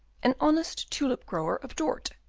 an honest tulip-grower of dort.